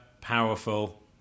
powerful